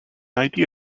idea